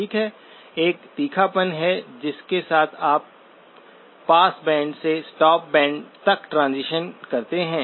ठीक है एक तीखापन है जिसके साथ आप पास बैंड से स्टॉप बैंड तक ट्रांजीशन करते हैं